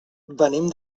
venim